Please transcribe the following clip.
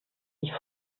sich